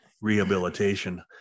rehabilitation